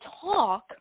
talk